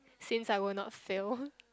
since I will not fail